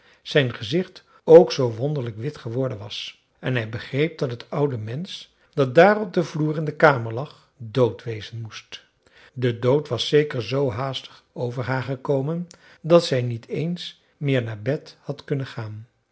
zijn gezicht ook zoo wonderlijk wit geworden was en hij begreep dat het oude mensch dat daar op den vloer in de kamer lag dood wezen moest de dood was zeker zoo haastig over haar gekomen dat zij niet eens meer naar bed had kunnen gaan